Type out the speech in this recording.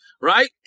Right